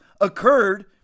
occurred